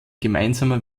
gemeinsamer